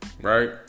right